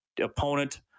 opponent